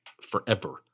forever